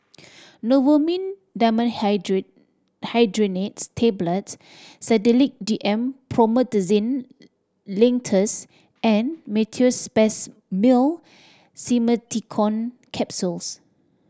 Novomin Tablets Sedilix D M Promethazine Linctus and Meteospasmyl Simeticone Capsules